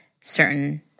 certain